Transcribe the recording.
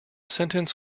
sentence